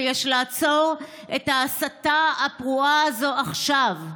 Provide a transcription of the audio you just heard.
ויש לעצור את ההסתה הפרועה הזו עכשיו.